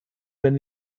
wenn